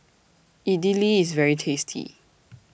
Idili IS very tasty